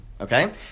Okay